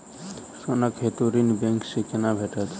सोनाक हेतु ऋण बैंक सँ केना भेटत?